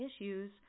issues